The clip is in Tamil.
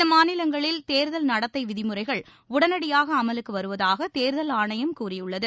இந்தமாநிலங்களில் தேர்தல் நடத்தைவிதிமுறைகள் உடனடியாகஅமலுக்குவருவதாகதேர்தல் ஆணையம் கூறியுள்ளது